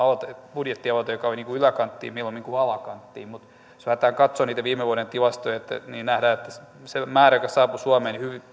budjettialoite joka oli yläkanttiin mieluummin kuin alakanttiin mutta jos lähdetään katsomaan niitä viime vuoden tilastoja niin nähdään että siitä määrästä joka saapui suomeen